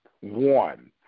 one